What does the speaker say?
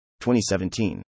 2017